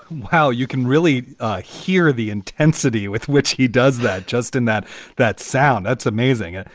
wow, you can really ah hear the intensity with which he does that. justin, that that sound. that's amazing.